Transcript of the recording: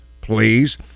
please